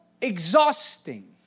exhausting